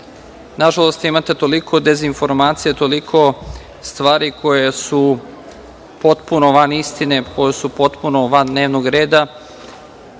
nažalost imate toliko dezinformacija, toliko stvari koje su potpuno van istine, koje su potpuno van dnevnog reda,